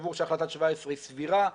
שסבור שהחלטה 2017 היא סבירה,